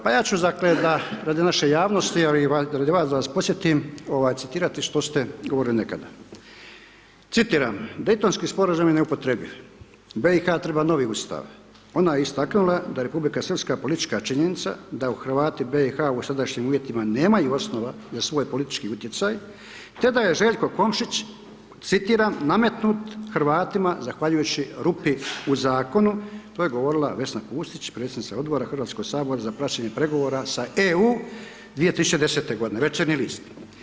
Pa ja ću radi naše javnosti, ali i radi vas, da vas podsjetim, citirati što ste govorili nekada, citiram, Dejtonski Sporazum je neupotrebljiv, BiH treba novi Ustav, ona je istaknula da je Republika Srpska politička činjenica, da Hrvati BiH u dosadašnjim uvjetima nemaju osnova za svoj politički utjecaj, te da je Željko Komšić, citiram, nametnut Hrvatima, zahvaljujući rupi u Zakonu, to je govorila Vesna Pusić, predsjednica Odbora HS za praćenje pregovora sa EU 2010.-te godine, Večernji list.